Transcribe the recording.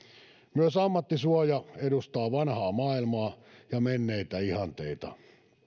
myös ammattisuoja edustaa vanhaa maailmaa ja menneitä ihanteita